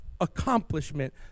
accomplishment